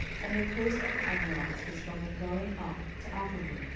and the coast of the amorites was from the going up to akrabbim,